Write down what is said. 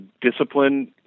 discipline